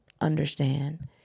understand